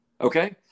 okay